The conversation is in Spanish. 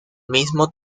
mismo